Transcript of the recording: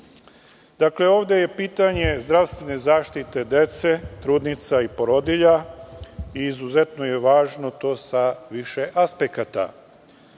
ovde je pitanje zdravstvene zaštite dece, trudnica i porodilja i izuzetno je važno to sa više aspekata. Prvo,